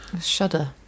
shudder